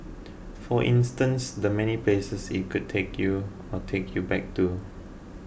for instance the many places it could take you or take you back to